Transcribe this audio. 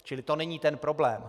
Čili to není ten problém.